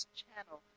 channel